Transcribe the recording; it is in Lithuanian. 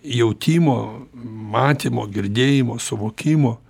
jautimo matymo girdėjimo suvokimo